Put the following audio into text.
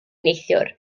neithiwr